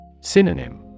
Synonym